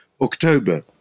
october